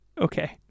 Okay